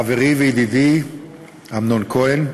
חברי וידידי אמנון כהן,